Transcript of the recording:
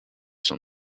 sont